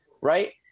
right